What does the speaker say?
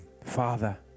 Father